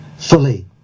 fully